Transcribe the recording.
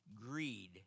greed